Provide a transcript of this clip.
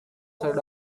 side